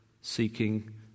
seeking